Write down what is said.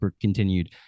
continued